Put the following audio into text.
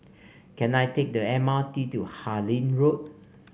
can I take the M R T to Harlyn Road